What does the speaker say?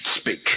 speak